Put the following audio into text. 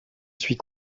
suis